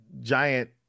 giant